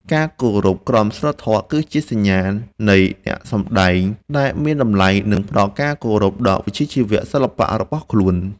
ការគោរពក្រមសីលធម៌គឺជាសញ្ញាណនៃអ្នកសម្តែងដែលមានតម្លៃ និង ផ្តល់ការគោរពដល់វិជ្ជាជីវៈសិល្បៈរបស់ខ្លួន។